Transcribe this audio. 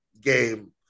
game